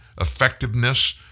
effectiveness